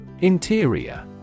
Interior